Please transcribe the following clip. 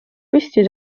püsti